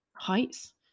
heights